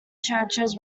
churches